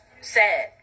sad